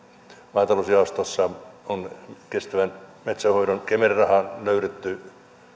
maatalousjaostossa on kestävän metsänhoidon kemera rahaan löydetty